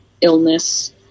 illness